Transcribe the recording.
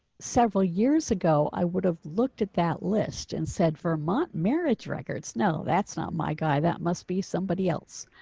several years ago i would have looked at that list and said, for my marriage records. no, that's not my guy that must be somebody else.